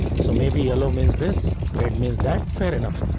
so maybe yellow means this red means that fair enough.